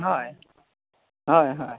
হয় হয় হয়